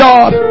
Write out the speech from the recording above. God